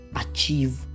achieve